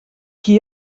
qui